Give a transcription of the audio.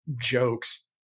jokes